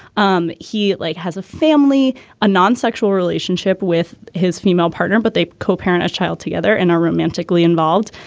um he like has a family a non-sexual relationship with his female partner but they co parent a child together and are romantically involved.